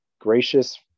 gracious